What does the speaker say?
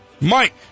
Mike